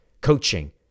coaching